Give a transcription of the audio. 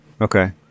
Okay